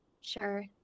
Sure